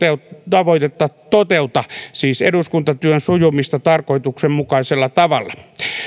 tavoitetta toteuta siis eduskuntatyön sujumista tarkoituksenmukaisella tavalla